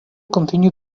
continued